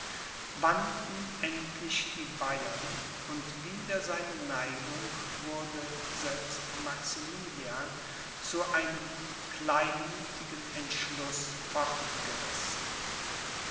wandten endlich die bayern und wider seine neigung wurde selbst maximilian zu einem kleinmüthigen entschluß